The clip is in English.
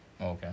Okay